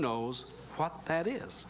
knows what that is